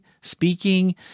speaking